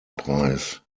preis